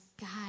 God